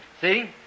See